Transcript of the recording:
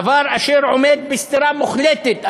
דבר אשר עומד בסתירה מוחלטת,